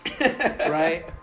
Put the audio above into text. Right